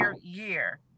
year